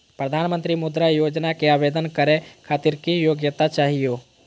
प्रधानमंत्री मुद्रा योजना के आवेदन करै खातिर की योग्यता चाहियो?